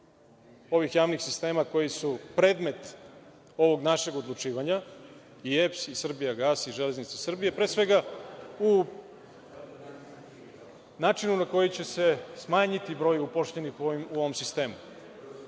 ovih javnih sistema koji su predmet ovog našeg odlučivanja i EPS, i Srbijagasa, i Železnice Srbije, pre svega, u načinu na koji će smanjiti broj upošljenih u ovom sistemu? Mi